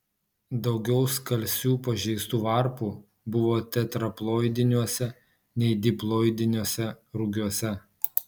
daugiau skalsių pažeistų varpų buvo tetraploidiniuose nei diploidiniuose rugiuose